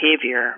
behavior